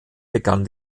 begann